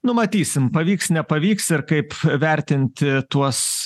nu matysim pavyks nepavyks ir kaip vertinti tuos